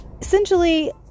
essentially